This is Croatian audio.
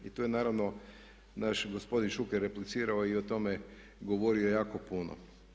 I tu je naravno naš gospodin Šuker replicirao i o tome govorio jako puno.